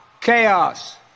chaos